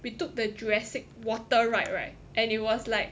we took the jurassic water ride right and it was like